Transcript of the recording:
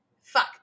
Fuck